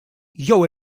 jew